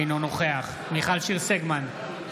אינו נוכח מיכל שיר סגמן,